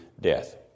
death